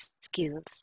skills